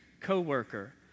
co-worker